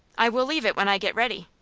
i will leave it when i get ready.